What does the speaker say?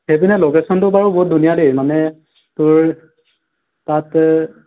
সেইপিনে ল'কেচনটো বাৰু বহুত ধুনীয়া দেই মানে তোৰ তাতে